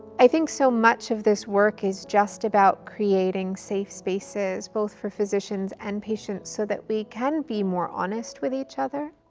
i think so much of this work is just about creating safe spaces both for physicians and patients so that we can be more honest with each other.